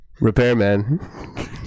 Repairman